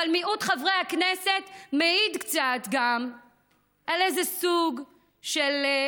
אבל מיעוט חברי הכנסת מעיד קצת גם על איזה סוג של,